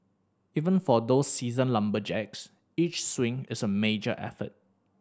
even for those seasoned lumberjacks each swing is a major effort